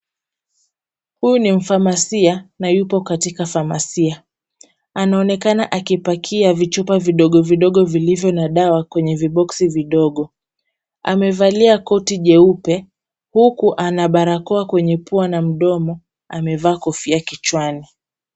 Huyu ni mfamasia na yupo katika famasia . Anaonekana akipakia vichupa vidogo vidogo vilivyo na dawa kwenye vibox vidogo. Amevalia koti jeupe, huku ana barakoa kwenye pua na mdomo. Amevaa kofia kichwani.